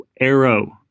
arrow